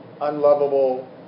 unlovable